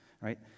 right